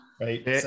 right